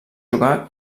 jugar